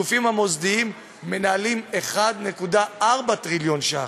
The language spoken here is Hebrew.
הגופים המוסדיים מנהלים 1.4 טריליון שקל.